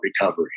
recovery